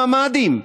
בממ"דים,